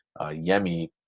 Yemi